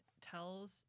tells